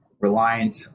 reliant